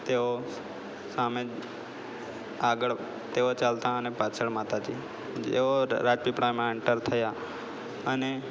તેઓ સામે આગળ તેઓ ચાલતાં અને પાછળ માતાજી જેઓ રાજપીપળામાં એન્ટર થયા અને